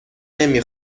نمی